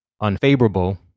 unfavorable